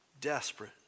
desperate